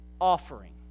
offering